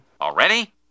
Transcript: already